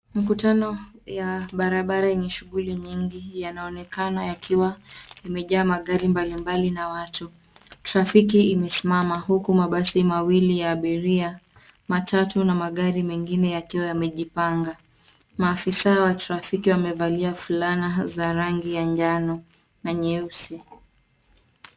Mkutano ya barabara yenye shughuli nyingi yanaonekana yakiwa imejaa magari mbali mbali na watu, trafiki imesimama huku mabasi mawili ya abiria, matatu na magari engine yakiwa yamejipanga, maafisa wa trafiki wamevalia fulana za rangi za njano na nyeusi